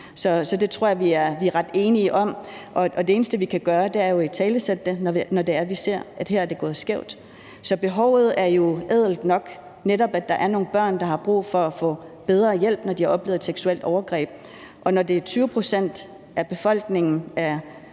Så det tror jeg vi er ret enige om, og det eneste, vi kan gøre, er jo at italesætte det, når det er, vi ser, at her er det gået skævt. Så behovet er jo ædelt nok, netop at der er nogle børn, der har brug for at få bedre hjælp, når de har oplevet et seksuelt overgreb, og når det er 20 pct. af den yngre